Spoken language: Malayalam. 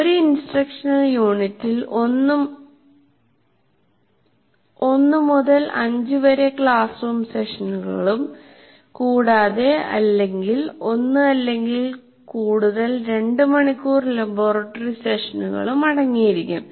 ഒരു ഇൻസ്ട്രക്ഷണൽ യൂണിറ്റിൽ 1 മുതൽ 5 വരെ ക്ലാസ് റൂം സെഷനുകളും കൂടാതെ 1 അല്ലെങ്കിൽ കൂടുതൽ 2 മണിക്കൂർ ലബോറട്ടറി സെഷനുകളും അടങ്ങിയിരിക്കും